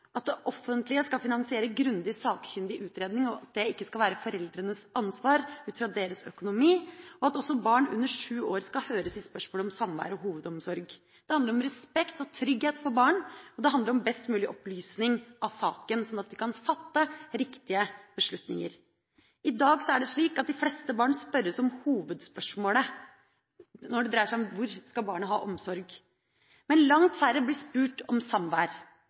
at det offentlige skal finansiere grundige sakkyndige utredninger, og at det ikke skal være foreldrenes ansvar ut fra deres økonomi, og at også barn under sju år skal høres i spørsmål om samvær og hovedomsorg. Det handler om respekt og trygghet for barn, og det handler om best mulig opplysning av saken, sånn at vi kan fatte riktige beslutninger. I dag er det slik at de fleste barn stilles hovedspørsmålet når det dreier seg om hvor barnet skal ha omsorg. Langt færre blir spurt om samvær,